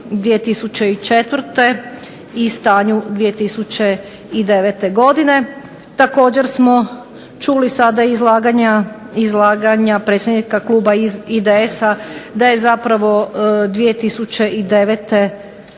2004. i stanju 2009. godine. Također smo čuli sada i izlaganje predsjednika kluba IDS-a da je zapravo 2009. porasla